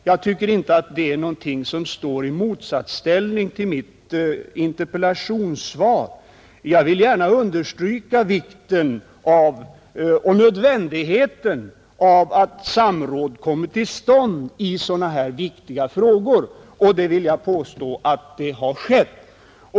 Jag tycker inte att skrivningen står i motsatsställning till mitt interpellationssvar. Jag vill gärna understryka vikten och nödvändigheten av att samråd kommer till stånd i sådana här viktiga frågor, och jag vill än en gång påstå att så har skett.